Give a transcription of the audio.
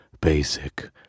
basic